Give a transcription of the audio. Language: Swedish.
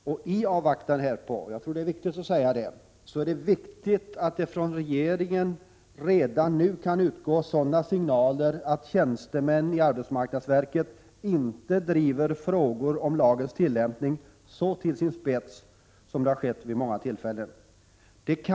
Jag vill framhålla att i avvaktan härpå är det viktigt att det från regeringen redan nu kan utgå sådana signaler att tjänstemännen i arbetsmarknadsverket inte driver frågor om lagens tillämpning till sin spets på det sätt som har skett vid många tillfällen.